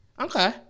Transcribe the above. okay